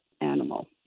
animal